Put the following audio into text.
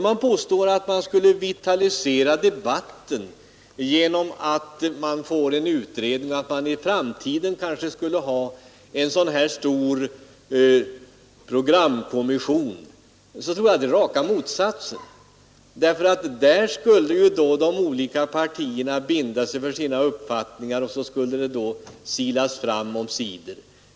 Man påstår att det skulle vitalisera debatten om vi fick en utredning och i framtiden kanske skulle ha en stor programkommission. Jag tror raka motsatsen. Där skulle ju de olika partierna binda sig för sina uppfattningar och så skulle någonting omsider silas fram.